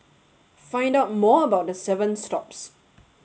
find out more about the seven stops